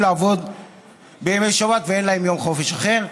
לעבוד בימי שבת ואין להם יום חופש אחר.